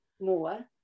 more